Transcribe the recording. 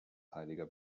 heiliger